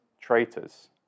traitors